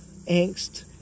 angst